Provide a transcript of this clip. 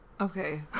Okay